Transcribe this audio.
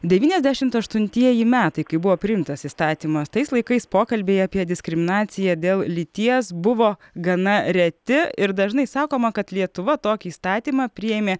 devyniasdešimt aštuntieji metai kai buvo priimtas įstatymas tais laikais pokalbiai apie diskriminaciją dėl lyties buvo gana reti ir dažnai sakoma kad lietuva tokį įstatymą priėmė